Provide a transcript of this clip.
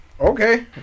okay